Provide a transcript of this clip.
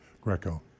Greco